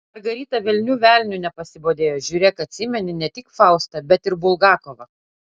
margarita velnių velniu nepasibodėjo žiūrėk atsimeni ne tik faustą bet ir bulgakovą